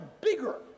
bigger